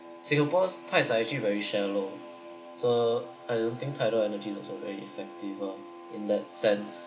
singapore's tides are actually very shallow so I don't think tidal energy as so very effective ah in that sense